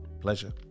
Pleasure